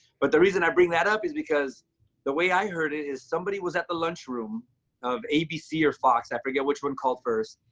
but the reason i bring that up is because the way i heard it, is somebody was at the lunchroom of abc or fox. i forget which one called first.